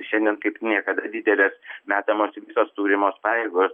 šiandien kaip niekad didelės metamos visos turimos pajėgos